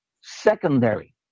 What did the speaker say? Secondary